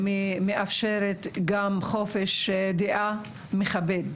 שמאפשרת חופש דעה מכבד.